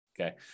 Okay